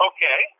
Okay